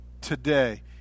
today